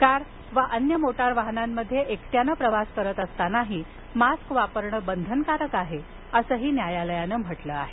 car वा अन्य motor वाहनांमध्ये एकट्यानं प्रवास करत असतानाही मास्क वापरण बंधनकारक आहे असं न्यायालयानं म्हटलं आहे